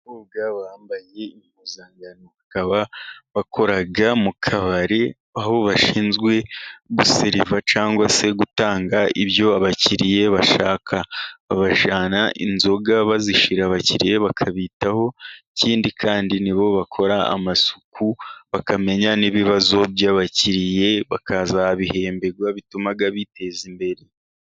Imodoka yo mu bwoko bwa dayihatso; imodoka ikoreshwa mu gutwara ibintu n'abantu ariko ikaba ari imodoka itwara cyane cyane imizigo kuko kuko ifite imyanya itatu gusa ugaragaza inofoto agaragaza imihanda ndetse n'amazu y'ubucuruzi ku ruhande rwayo.